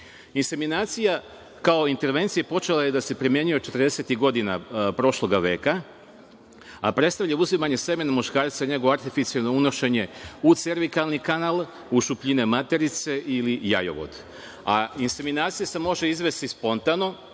inseminacija. Inseminacija kao intervencija počela je da se primenjuje 40-tih godina prošlog veka, a predstavlja uzimanje semena muškarca i njegovo artificijelno unošenje u cervikalni kanal, u šupljinu materice ili jajovod. Inseminacija se može izvesti spontano